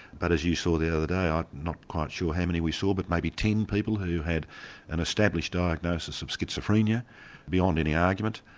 but as you saw the other day, i'm not quite sure how many we saw, but maybe ten people who had an established diagnosis of schizophrenia beyond any argument,